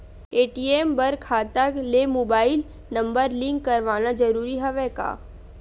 ATM बर खाता ले मुबाइल नम्बर लिंक करवाना ज़रूरी हवय का?